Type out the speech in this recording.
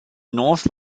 north